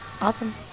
awesome